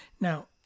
Now